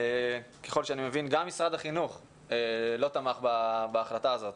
ככל שאני מבין גם משרד החינוך לא תמך בהחלטה הזאת